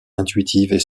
intuitive